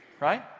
right